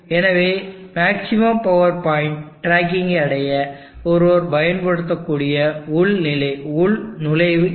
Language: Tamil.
எனவே மேக்ஸிமம் பவர் பாயிண்ட் டிராக்கிங்கை அடைய ஒருவர் பயன்படுத்தக்கூடிய உள்நுழைவு இது